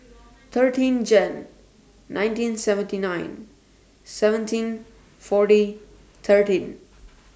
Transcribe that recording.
thirteen Jane nineteen seventy nine seventeen forty thirteen